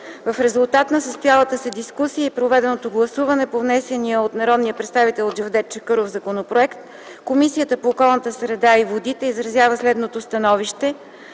В резултат на състоялата се дискусия и проведеното гласуване по внесения от народния представител Джевдет Чакъров законопроект, Комисията по околната среда и водите изразява следното становище: